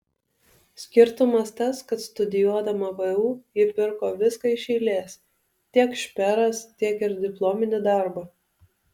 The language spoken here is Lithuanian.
skirtumas tas kad studijuodama vu ji pirko viską iš eilės tiek šperas tiek ir diplominį darbą